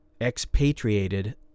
expatriated